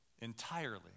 entirely